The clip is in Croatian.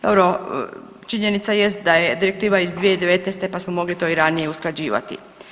Dobro, činjenica jest da je direktiva iz 2019.pa smo to mogli i ranije usklađivati.